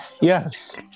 Yes